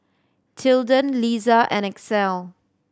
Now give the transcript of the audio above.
Tilden Liza and Axel